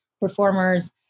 performers